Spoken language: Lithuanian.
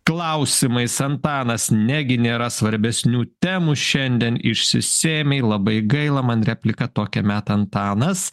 klausimais antanas negi nėra svarbesnių temų šiandien išsisėmei labai gaila man replika tokia meta antanas